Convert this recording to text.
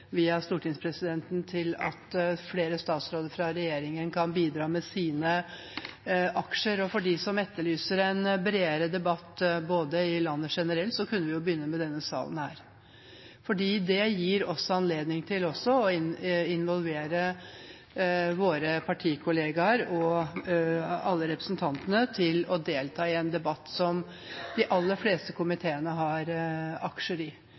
via stortingspresidenten inviterer til at flere statsråder kan bidra med sine aksjer. For dem som etterlyser en bredere debatt i landet generelt, kunne vi jo begynne med denne salen, for dette gir oss anledning til å involvere våre partikolleger og alle representanter til å delta i en debatt som de aller fleste komiteene har aksjer i